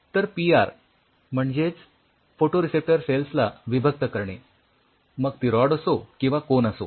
तर पीआर म्हणजेच फोटोरिसेप्टर सेलला विभक्त करणे मग ती रॉड असो किंवा कोन असो